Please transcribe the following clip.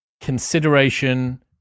consideration